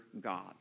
God